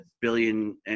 billion